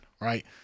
right